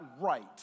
right